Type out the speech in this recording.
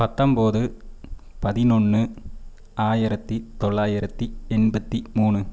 பத்தொம்பது பதினொன்று ஆயிரத்தி தொள்ளாயிரத்தி எண்பத்தி மூணு